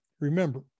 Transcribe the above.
Remember